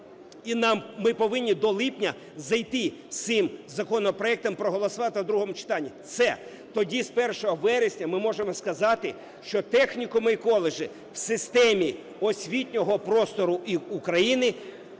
ми повинні до липня зайти з цим законопроектом, проголосувати у другому читанні. Все, тоді з 1 вересня ми можемо сказати, що технікуми і коледжі в системі освітнього простору України